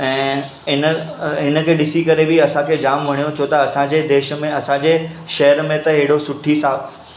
ऐं इन्हनि इनखे ॾिसी करे बि असां खे जामु वणियो छो त असांजे देश में असांजे शहर में त अहिड़ो सुठी साफ़ु